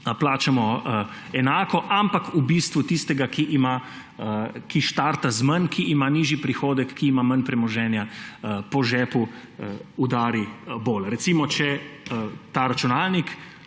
plačamo enako, ampak v bistvu tistega, ki ima, ki štarta z manj, ki ima nižji prihodek, ki ima manj premoženja, po žepu bolj udari. Recimo, če ta računalnik,